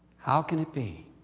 how can it be.